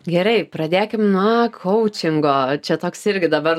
gerai pradėkim nuo kaučingo čia toks irgi dabar